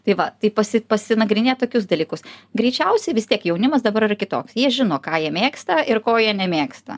tai va tai pasi pasinagrinėt tokius dalykus greičiausia vis tiek jaunimas dabar ir kitoks jie žino ką jie mėgsta ir ko jie nemėgsta